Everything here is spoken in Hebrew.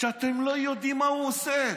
שאתם לא יודעים מה הוא עושה.